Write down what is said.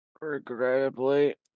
Regrettably